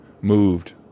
moved